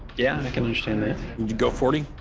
yeah, i can understand that. would you go forty?